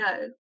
no